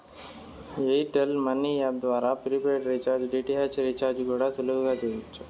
air tell money app ద్వారా prepaid recharge, DTH recharge కూడా సులువుగా చెయ్యచ్చు